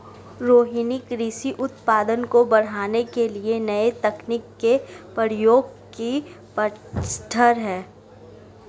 रोहिनी कृषि उत्पादन को बढ़ाने के लिए नए तकनीक के प्रयोग के पक्षधर है